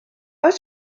oes